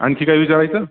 आणखी काय विचारयचं